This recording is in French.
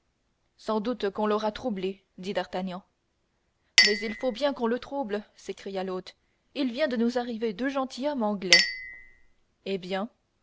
sans doute qu'on l'aura troublé dit d'artagnan mais il faut bien qu'on le trouble s'écria l'hôte il vient de nous arriver deux gentilshommes anglais eh bien